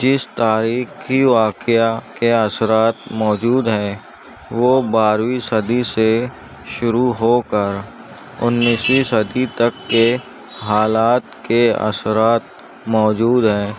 جس تاریخ کی واقعہ کے اثرات موجود ہیں وہ بارہویں صدی سے شروع ہو کر انیسویں صدی تک کے حالات کے اثرات موجود ہیں